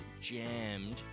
jammed